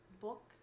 book